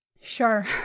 Sure